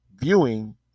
viewing